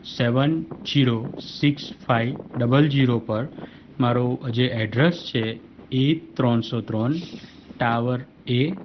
સેવન zero six five double zero પર મારું જે એડ્રેસ છે ઈ ત્રણસો ત્રણ ટાવર એ